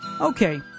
Okay